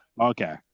Okay